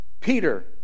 Peter